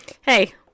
Hey